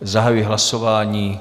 Zahajuji hlasování.